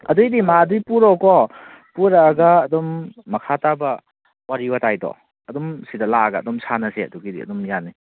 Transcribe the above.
ꯑꯗꯨꯏꯗꯤ ꯃꯥ ꯑꯗꯨꯏ ꯄꯨꯔꯛꯑꯣꯀꯣ ꯄꯨꯔꯛꯑꯒ ꯑꯗꯨꯝ ꯃꯈꯥ ꯇꯥꯕ ꯋꯥꯔꯤ ꯋꯥꯇꯥꯏꯗꯣ ꯑꯗꯨꯝ ꯁꯤꯗ ꯂꯥꯛꯑꯒ ꯑꯗꯨꯝ ꯁꯥꯟꯅꯁꯦ ꯑꯗꯨꯒꯤꯗꯤ ꯑꯗꯨꯝ ꯌꯥꯅꯤ